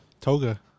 Toga